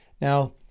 Now